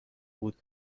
بود